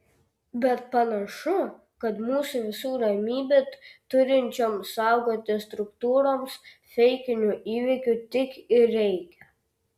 bet panašu kad mūsų visų ramybę turinčioms saugoti struktūroms feikinių įvykių tik ir reikia